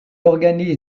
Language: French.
organise